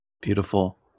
Beautiful